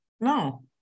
No